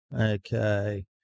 Okay